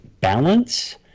balance